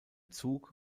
zug